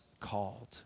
called